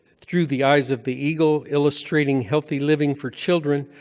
through the eyes of the eagle, illustrating healthy living for children,